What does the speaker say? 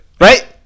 Right